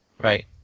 Right